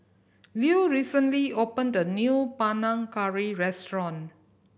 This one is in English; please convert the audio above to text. Lew recently opened a new Panang Curry restaurant